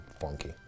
funky